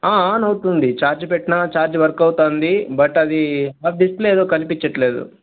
on అవుతుంది charge పెట్టినా charge work అవుతుంది బట్ అది డిస్ప్లే ఏది కనిపించటం లేదు